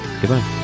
goodbye